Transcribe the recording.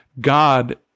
God